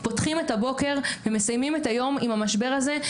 אנחנו פותחים את הבוקר ומסיימים את היום עם המשבר הזה.